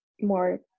more